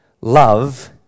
love